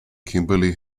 kimberly